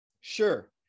sure